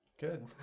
Good